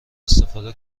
استفاده